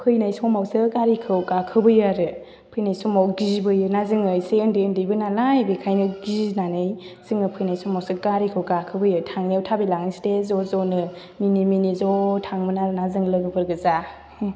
फैनाय समावसो गारिखौ गाखोबोयो आरो फैनाय समाव गिबोयोना जोङो एसे उन्दै उन्दैबो नालाय बेनिखायनो गिनानै जोङो फैनाय समावसो गारिखौ गाखोबोयो थांनायाव थाबायलाङोसो दे ज' ज'नो मिनि मिनि ज' थाङोमोन आरोना जों लोगोफोर गोजा